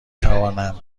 توانم